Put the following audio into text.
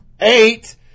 Eight